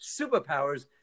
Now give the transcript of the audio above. superpowers